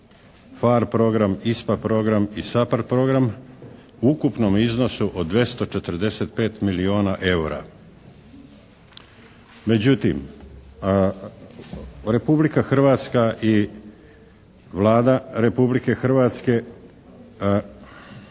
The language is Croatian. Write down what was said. PHARE program, ISPA program i SAPHARD program u ukupnom iznosu od 245 milijona eura. Međutim, Republika Hrvatska i Vlada Republike Hrvatske